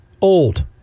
old